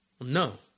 No